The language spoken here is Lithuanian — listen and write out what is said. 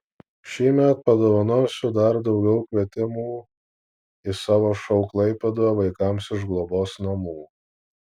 šįmet padovanosiu dar daugiau kvietimų į savo šou klaipėdoje vaikams iš globos namų